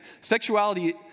Sexuality